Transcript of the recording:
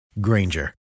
Granger